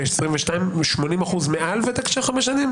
ב-2022, 80% מעל ותק של חמש שנים?